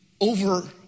over